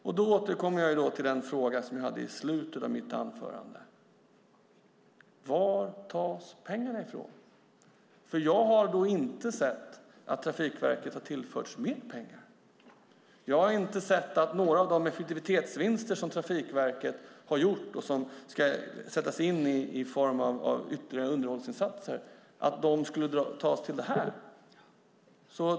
Jag återkommer till den fråga som jag hade i slutet av mitt anförande: Varifrån tas pengarna? Jag har inte sett att Trafikverket skulle ha tillförts mer pengar. Jag har inte sett att några av de effektivitetsvinster som Trafikverket har gjort och som ska sättas in i form av ytterligare underhållsinsatser skulle tas till det här.